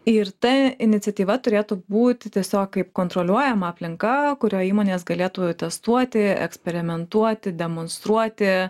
ir ta iniciatyva turėtų būt tiesiog kaip kontroliuojama aplinka kurioj įmonės galėtų testuoti eksperimentuoti demonstruoti